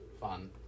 fun